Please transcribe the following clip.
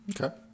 Okay